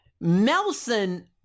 Melson